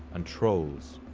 and trolls.